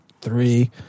three